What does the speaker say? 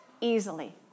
easily